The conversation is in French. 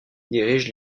dirige